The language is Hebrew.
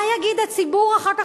מה יגיד הציבור אחר כך,